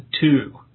two